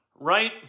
right